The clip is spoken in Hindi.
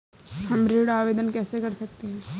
हम ऋण आवेदन कैसे कर सकते हैं?